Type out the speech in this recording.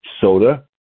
Soda